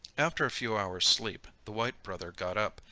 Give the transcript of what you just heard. after a few hours sleep, the white brother got up,